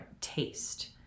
taste